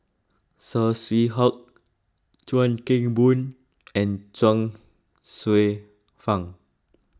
Saw Swee Hock Chuan Keng Boon and Chuang Hsueh Fang